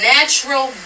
natural